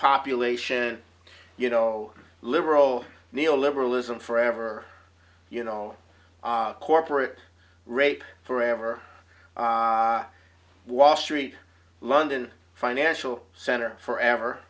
population you know liberal neo liberalism forever you know corporate rape forever wall street london financial center forever